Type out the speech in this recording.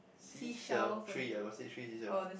sea shell three I got see three sea shells